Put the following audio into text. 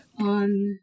on